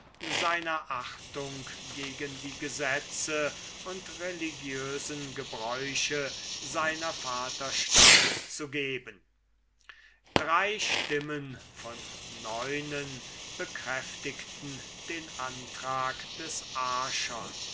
seiner achtung gegen die gesetze und religiösen gebräuche seiner vaterstadt zu geben drei stimmen von neunen bekräftigten den antrag des